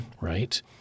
Right